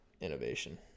innovation